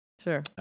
Sure